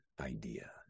idea